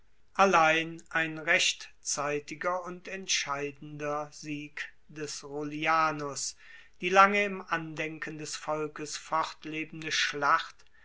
allein ein rechtzeitiger und entscheidender sieg des rullianus die lange im andenken des volkes fortlebende schlacht